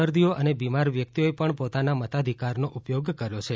દર્દીઓ અને બિમાર વ્યકિતઓએ પણ પોતાના મતાધિકારનો ઉપયોગ કર્યો છે